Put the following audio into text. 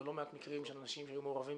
בלא מעט אנשים שהיו מעורבים